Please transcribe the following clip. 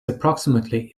approximately